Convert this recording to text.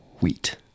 wheat